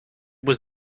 was